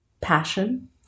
passion